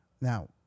Now